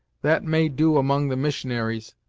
that may do among the missionaries,